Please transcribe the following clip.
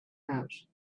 pouch